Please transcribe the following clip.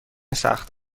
سخت